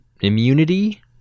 immunity